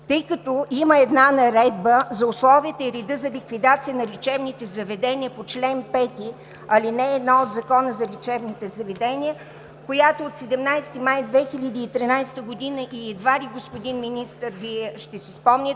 тъй като има една Наредба за условията и реда за ликвидация на лечебните заведения по чл. 5, ал. 1 от Закона за лечебните заведения, която е от 17 май 2013 г., и едва ли, господин Министър, Вие ще си спомняте